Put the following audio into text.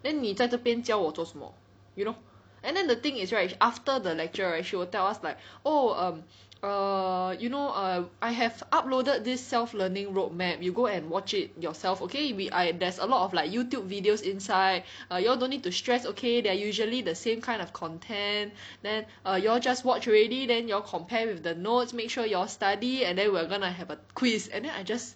then 你在这边教我做什么 you know and then the thing is right after the lecture right she will tell us like oh um err you know err I have uploaded this self learning road map you go and watch it yourself okay we I there's a lot of like YouTube videos inside err y'all don't need to stress okay they're usually the same kind of content then err y'all just watch already then y'all compare with the notes make sure y'all study and then we're gonna have a quiz and then I just